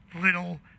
little